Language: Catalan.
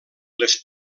les